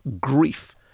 grief